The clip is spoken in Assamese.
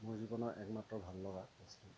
মোৰ জীৱনৰ একমাত্ৰ ভাললগা বিষয়